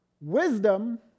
Wisdom